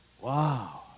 Wow